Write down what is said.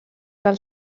del